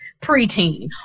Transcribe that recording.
preteen